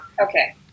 okay